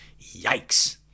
yikes